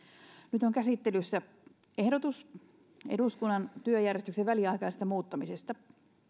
nyt on käsittelyssä ehdotus eduskunnan työjärjestyksen väliaikaisesta muuttamisesta